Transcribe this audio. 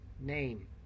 name